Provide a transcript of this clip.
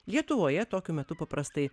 lietuvoje tokiu metu paprastai